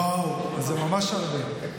וואו, זה ממש הרבה.